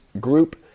group